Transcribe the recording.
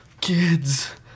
kids